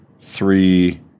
three